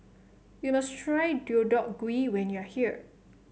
you must try Deodeok Gui when you are here